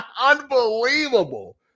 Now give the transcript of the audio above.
Unbelievable